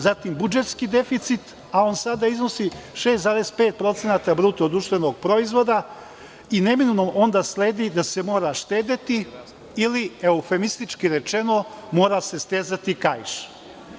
Zatim budžetski deficit, a on sada iznosi 6,5% bruto društvenog proizvoda, i neminovno onda sledi da se mora štedeti ili, eufemistički rečeno, mora se stezati kaiš.